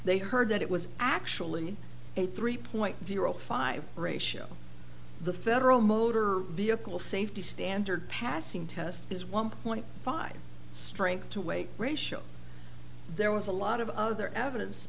they heard that it was actually a three point zero five ratio the federal motor vehicle safety standard passing test is one point five strength to weight ratio there was a lot of other evidence